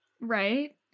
right